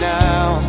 now